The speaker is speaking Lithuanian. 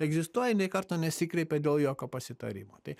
egzistuoja nė karto nesikreipė dėl jokio pasitarimo tai